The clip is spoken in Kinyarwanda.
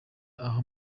aha